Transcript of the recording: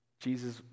Jesus